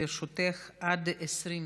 לרשותך עד 20 דקות.